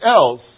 else